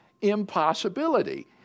impossibility